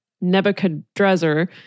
Nebuchadnezzar